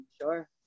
Sure